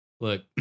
Look